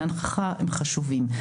הם חשובים.